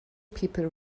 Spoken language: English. people